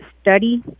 study